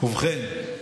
ובכן,